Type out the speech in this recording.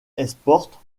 esporte